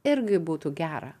irgi būtų gera